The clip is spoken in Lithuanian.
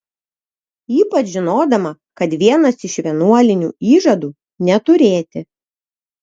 ypač žinodama kad vienas iš vienuolinių įžadų neturėti